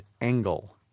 angle